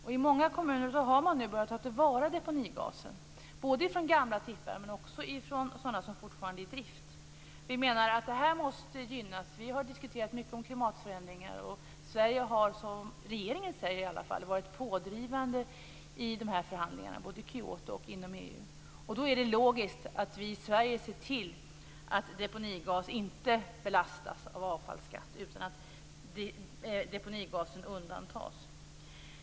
I många kommuner har man nu börjat ta till vara deponigasen, både från gamla tippar och från sådana som fortfarande är i drift. Vi menar att det här måste gynnas. Vi har diskuterat mycket om klimatförändringar och Sverige har - som regeringen säger i alla fall - varit pådrivande i de här förhandlingarna, både i Kyoto och inom EU. Då är det logiskt att vi i Sverige ser till att deponigas inte belastas med avfallsskatt, utan att deponigasen undantas.